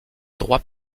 droit